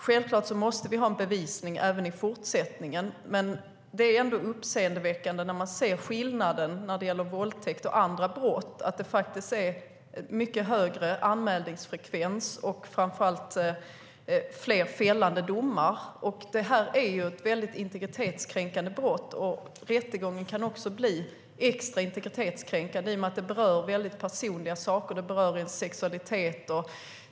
Självklart måste vi ha en bevisning även i fortsättningen, men skillnaden när det gäller våldtäkt och andra brott är ändå uppseendeväckande - det är mycket högre anmälningsfrekvens och framför allt fler fällande domar för andra brott. Det här är ett integritetskränkande brott, och rättegången kan också bli extra integritetskränkande i och med att det berör väldigt personliga saker. Det berör ens sexualitet.